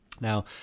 Now